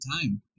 time